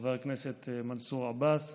חבר הכנסת מנסור עבאס,